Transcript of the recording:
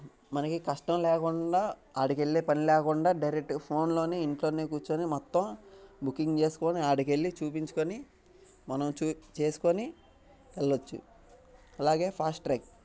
మనకి కష్టం లేకుండా అక్కడికి వెళ్ళే పని లేకుండా డైరెక్ట్గా ఫోన్లోనే ఇంట్లోనే కుర్చోని మొత్తం బుకింగ్ చేసుకోని అక్కడికి వెళ్ళి చూపించుకోని మనం చేసుకోని వెళ్ళవచ్చు అలాగే ఫాస్ట్ ట్రాక్